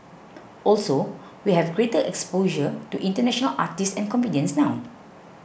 also we have greater exposure to international artists and comedians now